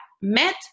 met